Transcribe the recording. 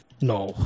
no